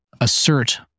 assert